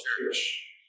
church